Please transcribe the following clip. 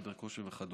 חדר כושר וכדומה.